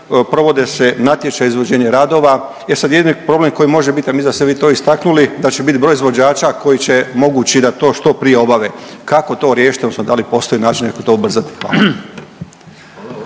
provode se natječaji za izvođenje radova. E sad jedini problem koji može biti, a mislim da ste vi to istaknuli da će biti broj izvođača koji će mogući da to što prije obave. Kako to riješiti odnosno da li postoje načini kako to ubrzati? Hvala.